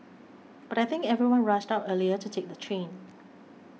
but I think everyone rushed out earlier to take the train